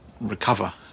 recover